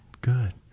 Good